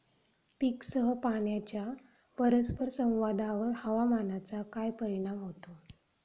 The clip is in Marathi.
पीकसह पाण्याच्या परस्पर संवादावर हवामानाचा काय परिणाम होतो?